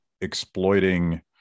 exploiting